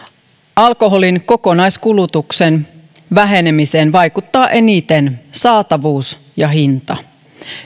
alkoholin kokonaiskulutuksen vähenemiseen vaikuttavat eniten saatavuus ja hinta